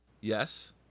Yes